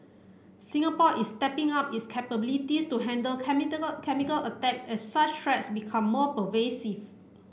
Singapore is stepping up its capabilities to handle chemical attack as such threats become more pervasive